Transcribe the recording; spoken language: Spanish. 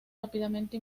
rápidamente